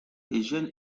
eugène